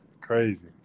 Crazy